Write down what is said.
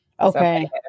Okay